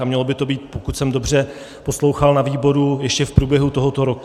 A mělo by to být, pokud jsem dobře poslouchal na výboru, ještě v průběhu tohoto roku.